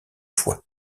foie